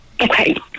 Okay